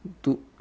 to